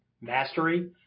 mastery